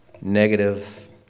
negative